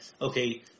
okay